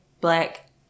black